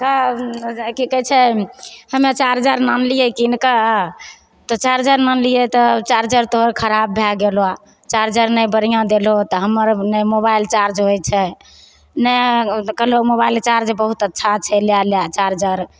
कब की कहय छै हम्मे चार्जर लान लियै कीनके तऽ चार्जर लान लियै तऽ चार्जर तोहर खराब भए गेलौ चार्जर नहि बढ़िआँ देलहो तऽ हमर ने मोबाइल चार्ज होइ छै ने कहलहो मोबाइल चार्ज बहुत अच्छा छै लै लअ चार्जर